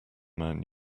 man